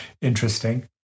interesting